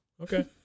Okay